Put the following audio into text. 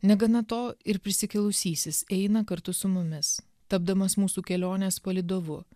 negana to ir prisikėlusysis eina kartu su mumis tapdamas mūsų kelionės palydovu